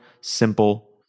simple